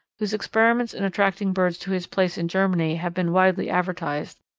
whose experiments in attracting birds to his place in germany have been widely advertised,